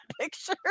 picture